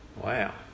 Wow